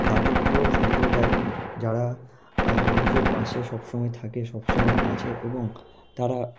দাতব্য সম্প্রদায় যারা মানুষের পাশে সব সময় থাকে সব সময় আছে এবং তারা